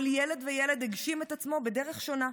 כל ילד וילד הגשים את עצמו בדרך שונה,